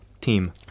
team